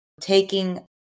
taking